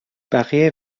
بقیه